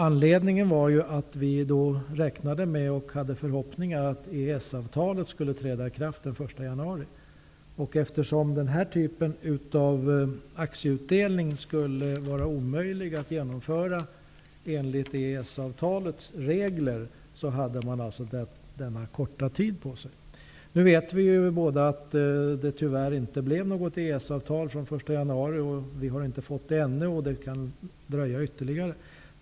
Anledningen var att vi då räknade med och hade förhoppningen att EES-avtalet skulle träda i kraft den 1 januari. Eftersom denna typ av aktieutdelning skulle vara omöjlig att genomföra enligt EES-avtalets regler, hade man alltså denna korta tid på sig. Nu vet vi båda att det tyvärr inte blev något EES-avtal från den 1 januari. Vi har ännu inte fått något avtal, och det kan dröja ytterligare.